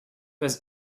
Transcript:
was